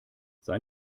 sei